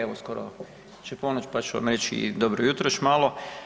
Evo skoro će ponoć pa ću vam reći dobro jutro još malo.